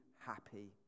happy